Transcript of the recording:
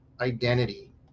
Identity